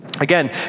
Again